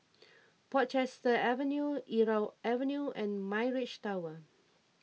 Portchester Avenue Irau Avenue and Mirage Tower